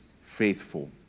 faithful